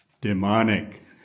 demonic